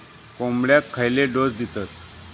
कोंबड्यांक खयले डोस दितत?